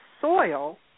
soil